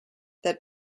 that